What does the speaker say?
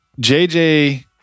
JJ